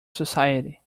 society